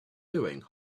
doing